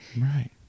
Right